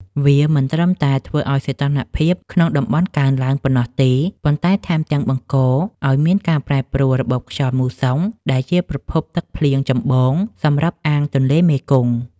វាមិនត្រឹមតែធ្វើឱ្យសីតុណ្ហភាពក្នុងតំបន់កើនឡើងប៉ុណ្ណោះទេ ប៉ុន្តែថែមទាំងបង្កឱ្យមានការប្រែប្រួលរបបខ្យល់មូសុង ដែលជាប្រភពទឹកភ្លៀងចម្បងសម្រាប់អាងទន្លេមេគង្គ។